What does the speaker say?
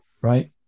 right